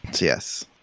yes